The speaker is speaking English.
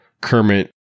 Kermit